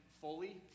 fully